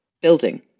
building